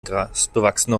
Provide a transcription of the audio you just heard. grasbewachsene